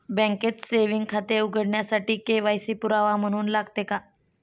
बँकेत सेविंग खाते उघडण्यासाठी के.वाय.सी पुरावा म्हणून लागते का?